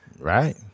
Right